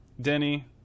Denny